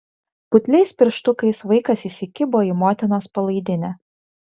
putliais pirštukais vaikas įsikibo į motinos palaidinę